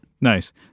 nice